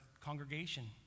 congregation